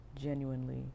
genuinely